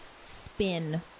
spin